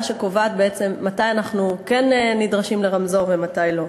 שקובעת בעצם מתי אנחנו נדרשים לרמזור ומתי לא.